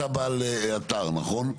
אתה בעל אתר, נכון?